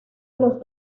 los